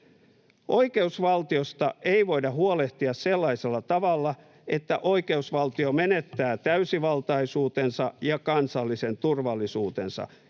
”Oikeusvaltiosta ei voida ’huolehtia’ sellaisella tavalla, että oikeusvaltio menettää täysivaltaisuutensa ja kansallisen turvallisuutensa,